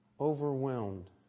overwhelmed